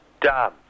Done